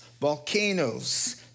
volcanoes